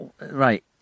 right